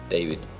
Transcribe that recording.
David